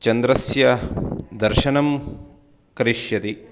चन्द्रस्य दर्शनं करिष्यति